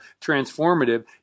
transformative